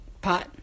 pot